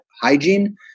hygiene